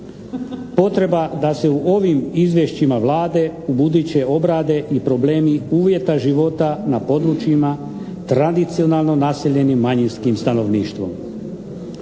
Potreba da se u ovim izvješćima Vlade buduće obrade i problemi uvjeta života na područjima tradicionalno naseljenim manjinskim stanovništvom.